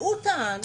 הוא טען